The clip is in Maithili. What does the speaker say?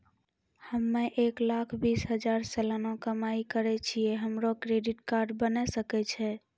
हम्मय एक लाख बीस हजार सलाना कमाई करे छियै, हमरो क्रेडिट कार्ड बने सकय छै?